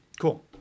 Cool